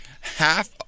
Half